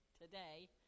today